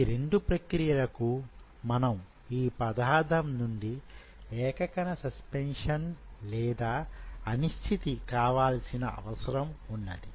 ఈ రెండు ప్రక్రియలకు మనకు ఈ పదార్థం నుండి ఏక కణ సస్పెన్షన్ లేదా అనిశ్చితి కావలసిన అవసరం ఉన్నది